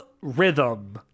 Rhythm